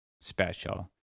special